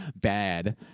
Bad